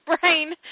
brain